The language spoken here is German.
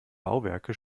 bauwerke